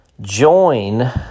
Join